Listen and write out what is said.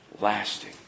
lasting